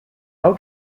how